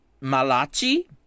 Malachi